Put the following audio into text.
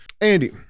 Andy